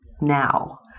now